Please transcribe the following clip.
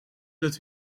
dat